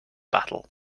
battle